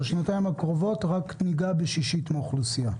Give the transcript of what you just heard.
בשנתיים הקרובות ניגע רק בשישית מהאוכלוסייה.